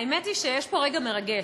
האמת היא שיש פה רגע מרגש.